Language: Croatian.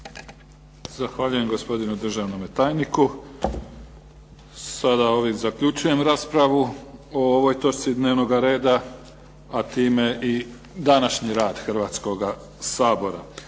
Zahvaljujem gospodinu državnom tajniku. Sada ovim zaključujem raspravu o ovoj točki dnevnog reda, a time i današnji rad Hrvatskoga sabora.